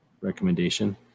recommendation